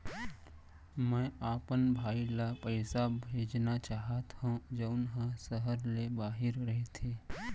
मै अपन भाई ला पइसा भेजना चाहत हव जऊन हा सहर ले बाहिर रहीथे